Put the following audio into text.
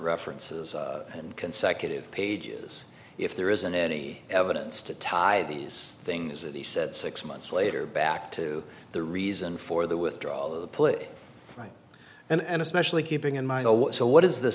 references and consecutive pages if there isn't any evidence to tie these things that he said six months later back to the reason for the withdrawal of the put right and especially keeping in mind so what is the